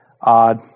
odd